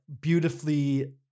beautifully